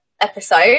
episode